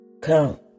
Come